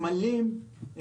סמלים,